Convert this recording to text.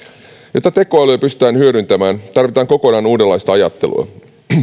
jotta tekoälyä pystytään hyödyntämään tarvitaan kokonaan uudenlaista ajattelua